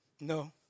No